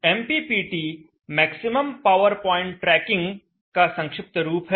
MPPT maximum power point tracking का संक्षिप्त रूप है